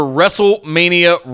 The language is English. Wrestlemania